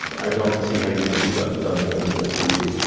and i don't see how you could have done done it at under three.